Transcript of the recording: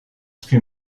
fut